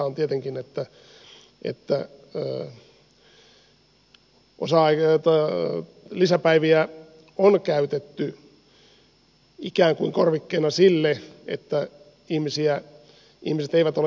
kyllä se tietenkin totta on että lisäpäiviä on käytetty ikään kuin korvikkeena että ihmiset eivät ole